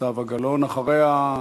אחריה,